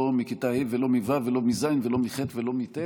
לא מכיתה ה' ולא מו' ולא מז' ולא מח' ולא מט',